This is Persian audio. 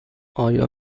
آیا